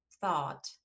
thought